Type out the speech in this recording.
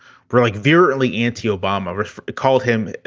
really virulently anti obama called him,